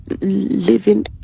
living